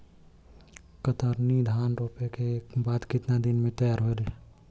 कतरनी धान रोपे के बाद कितना दिन में तैयार होई?